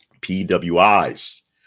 PWIs